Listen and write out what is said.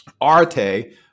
Arte